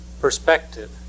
perspective